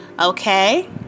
okay